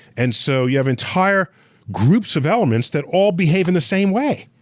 and so you have entire groups of elements that all behave in the same way.